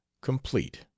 Complete